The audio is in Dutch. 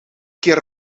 kirr